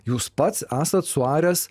jūs pats esat suaręs